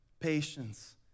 Patience